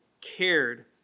cared